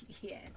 Yes